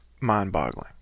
mind-boggling